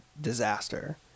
disaster